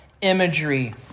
imagery